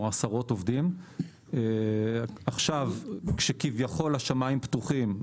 עשרות עובדים כאשר כביכול השמיים פתוחים.